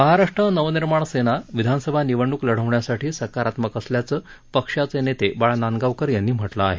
महाराष्ट्र नवनिर्माण सेना विधानसभा निवडणूक लढवण्यासाठी सकारात्मक असल्याचं पक्षाचे नेते बाळा नांदगावकर यांनी म्हटलं आहे